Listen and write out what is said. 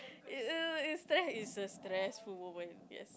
eh that is a stressful moment I guess